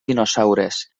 dinosaures